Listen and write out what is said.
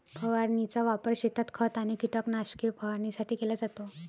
फवारणीचा वापर शेतात खत आणि कीटकनाशके फवारणीसाठी केला जातो